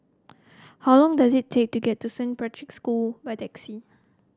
how long does it take to get to Saint Patrick's School by taxi